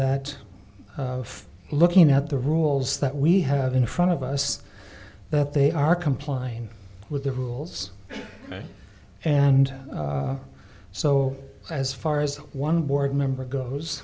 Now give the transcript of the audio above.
that of looking at the rules that we have in front of us that they are complying with the rules and so as far as one board member goes